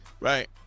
Right